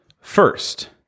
First